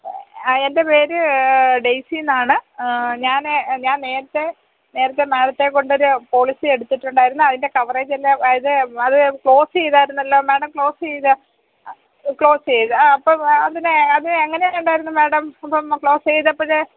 ആ എന്റെ പേര് ഡേയ്സിന്നാണ് ഞാൻ ഞാൻ നേരത്തെ നേരത്തെ മാഡത്തെ കൊണ്ടൊരു പോളിസി എടുത്തിട്ടുണ്ടായിരുന്നു അതിന്റെ കവറേജെല്ലാം അതായത് അത് ക്ലോസ് ചെയ്തായിരുന്നല്ലോ മാഡം ക്ലോസ് ചെയ്തേ ക്ലോസ് ചെയ്തു ആ അപ്പോൾ അതിനെ അത് എങ്ങനെ ഉണ്ടായിരുന്നു മാഡം അപ്പം ക്ലോസ് ചെയ്തപ്പോൾ